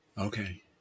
okay